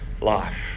life